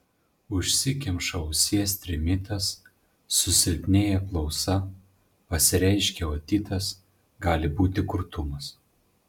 užsikemša ausies trimitas susilpnėja klausa pasireiškia otitas gali būti kurtumas